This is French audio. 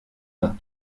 bas